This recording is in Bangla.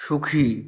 সুখী